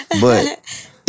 But-